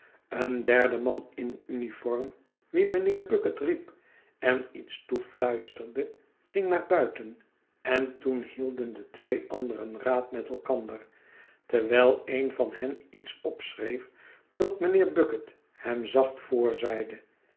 een derde man in uniform wien mijnheer bucket riep en iets toefluisterde ging naar buiten en toen hielden de twee anderen raad met elkander terwijl een van hen iets opschreef dat mijnheer bucket hem zacht voorzeide